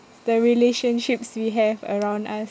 the relationships we have around us